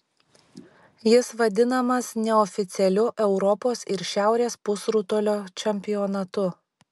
jis vadinamas neoficialiu europos ir šiaurės pusrutulio čempionatu